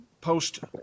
post